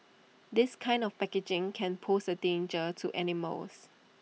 this kind of packaging can pose A danger to animals